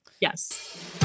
yes